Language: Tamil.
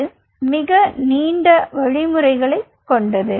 இது மிக நீண்ட வழிமுறைகளைக் கொண்டது